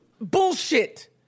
Bullshit